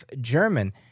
German